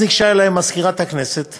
ניגשה אלי מזכירת הכנסת